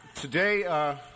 Today